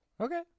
Okay